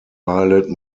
pilot